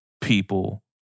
people